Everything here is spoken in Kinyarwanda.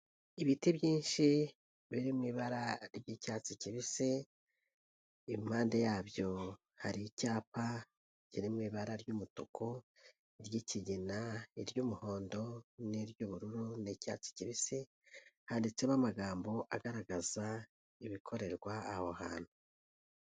Ibiti byinshi biri mu ibara ry'icyatsi kibisi, impande yabyo hari icyapa kiri mu ibara ry'umutuku, iry'ikigina, iry'umuhondo n'iry'ubururu n'icyatsi kibisi, handitseho amagambo agaragaza ibikorerwa aho hantu.